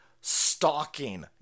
stalking